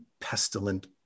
pestilent